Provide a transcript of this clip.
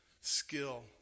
skill